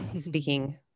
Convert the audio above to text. Speaking